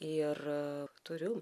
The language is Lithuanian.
ir a turiu